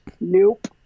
Nope